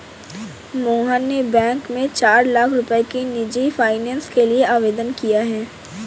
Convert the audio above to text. मोहन ने बैंक में चार लाख रुपए की निजी फ़ाइनेंस के लिए आवेदन किया है